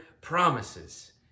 promises